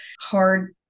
hard